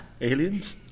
Aliens